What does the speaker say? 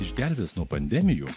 išgelbės nuo pandemijų